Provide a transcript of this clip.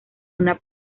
una